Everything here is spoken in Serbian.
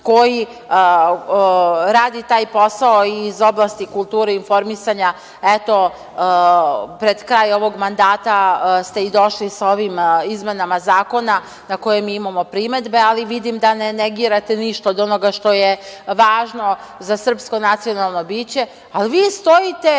koji radi taj posao iz oblasti kulture i informisanja. Eto, pred kraj ovog mandata ste i došli sa ovim izmenama zakona na koji mi imamo primedbe, ali vidim da ne negirate ništa od onoga što je važno za srpsko nacionalno biće, ali vi stojite